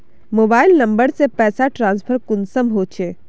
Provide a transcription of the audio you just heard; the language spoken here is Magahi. मोबाईल नंबर से पैसा ट्रांसफर कुंसम होचे?